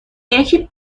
یکی